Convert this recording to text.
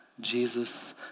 Jesus